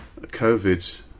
COVID